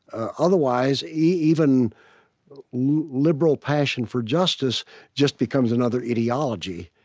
ah otherwise, even liberal passion for justice just becomes another ideology,